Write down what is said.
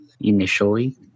initially